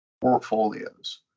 portfolios